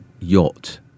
yacht